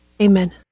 amen